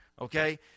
okay